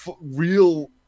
real